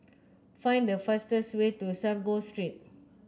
find the fastest way to Sago Street